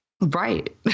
Right